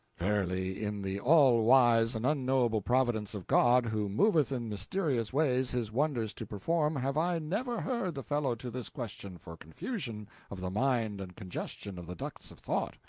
verily, in the all-wise and unknowable providence of god, who moveth in mysterious ways his wonders to perform, have i never heard the fellow to this question for confusion of the mind and congestion of the ducts of thought.